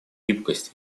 гибкость